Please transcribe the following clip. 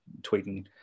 tweeting